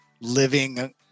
living